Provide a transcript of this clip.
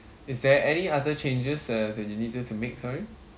is there any other changes uh that you needed to make sorry